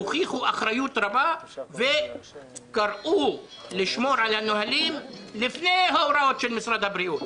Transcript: הוכיחו אחריות רבה וקראו לשמור על הנהלים לפני ההוראות של משרד הבריאות.